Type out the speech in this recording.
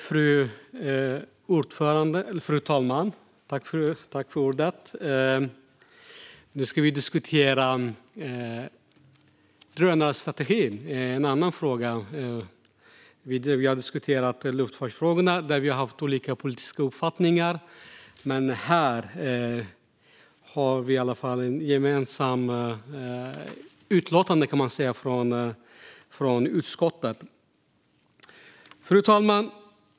Fru talman! Nu ska vi diskutera drönarstrategin. Vi har nyss diskuterat luftfartsfrågor, där vi har haft olika politiska uppfattningar, men här har vi i alla fall ett gemensamt utlåtande från utskottet. Fru talman!